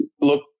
look